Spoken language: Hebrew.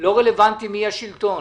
ולא רלוונטי מי השלטון.